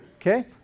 Okay